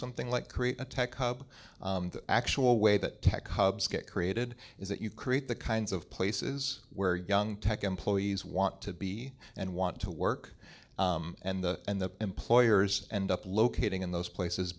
something like create a tech hub the actual way that tech hubs get created is that you create the kinds of places where young tech employees want to be and want to work and the and the employers end up locating in those places